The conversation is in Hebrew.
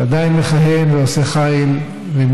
שעדיין מכהן, ועושה חייל.